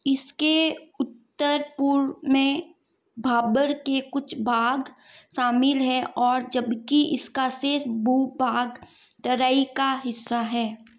इसके उत्तर पूर्व में भाबर के कुछ भाग शामिल हैं और जबकि इसका शेष भू भाग तरई का हिस्सा है